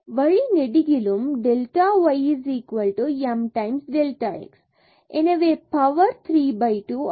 வழி நெடுகிலும் ymΔx m2 2m1m232 எனவே பவர் 3 by 2 ஆகும்